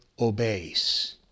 obeys